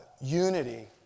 unity